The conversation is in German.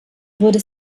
wurde